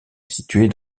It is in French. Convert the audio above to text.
située